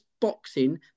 boxing